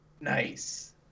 Nice